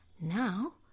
Now